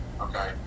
okay